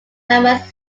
mammoth